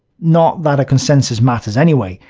not that a consensus matters anyway.